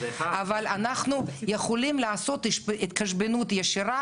אבל אנחנו יכולים לעשות התחשבנות ישירה